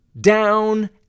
down